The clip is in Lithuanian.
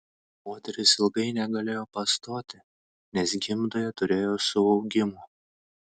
moteris ilgai negalėjo pastoti nes gimdoje turėjo suaugimų